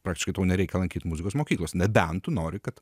praktiškai tau nereikia lankyt muzikos mokyklos nebent nori kad